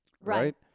Right